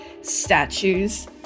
statues